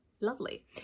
lovely